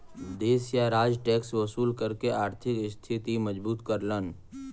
देश या राज्य टैक्स वसूल करके आर्थिक स्थिति मजबूत करलन